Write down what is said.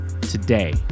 today